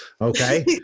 Okay